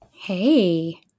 Hey